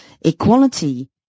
Equality